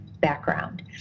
background